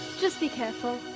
just be careful.